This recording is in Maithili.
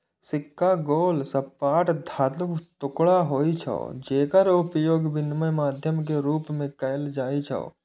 सिक्का गोल, सपाट धातुक टुकड़ा होइ छै, जेकर उपयोग विनिमय माध्यम के रूप मे कैल जाइ छै